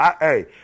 hey